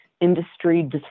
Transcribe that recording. industry